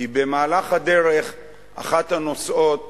כי במהלך הדרך אחת הנוסעות